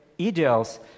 ideals